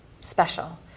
special